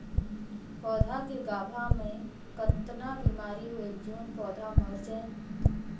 पौधा के गाभा मै कतना बिमारी होयल जोन पौधा मर जायेल?